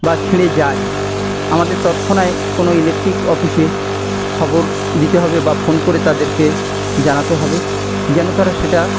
বা ছিঁড়ে যায় আমাদের তৎক্ষণাৎ কোনো ইলেকট্রিক অফিসে খবর দিতে হবে বা ফোন করে তাদেরকে জানাতে হবে যেন তারা সেটা